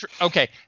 Okay